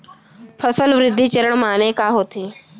फसल वृद्धि चरण माने का होथे?